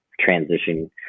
transition